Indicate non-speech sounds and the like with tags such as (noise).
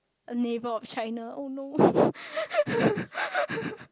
a neighbour of China oh no (laughs)